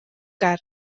car